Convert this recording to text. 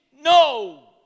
No